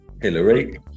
Hillary